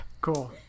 Cool